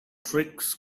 tricks